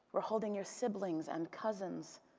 we're holding your siblings and cousins,